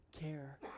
care